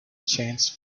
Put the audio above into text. chance